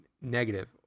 negative